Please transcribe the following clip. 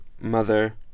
mother